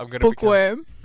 Bookworm